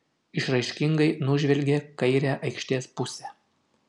išraiškingai nužvelgė kairę aikštės pusę